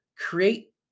Create